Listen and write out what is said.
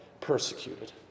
persecuted